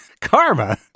Karma